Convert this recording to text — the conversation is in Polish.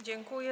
Dziękuję.